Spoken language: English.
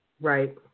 Right